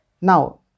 now